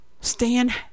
Stand